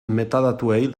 metadatuei